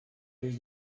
les